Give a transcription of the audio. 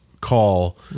call